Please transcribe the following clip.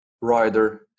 rider